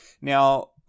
Now